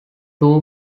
two